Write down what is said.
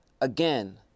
again